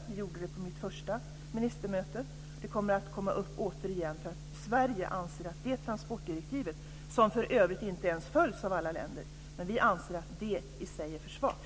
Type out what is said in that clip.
Det gjorde vi på mitt första ministermöte, och det kommer att komma upp återigen. Sverige anser att det transportdirektivet, som för övrigt inte ens följs av alla länder, i sig är för svagt.